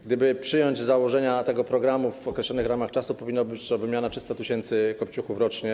Gdyby przyjąć założenia tego programu w określonych ramach czasu, powinna to być wymiana 300 tys. kopciuchów rocznie.